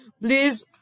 Please